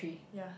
ya